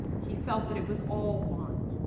he felt that it was all one.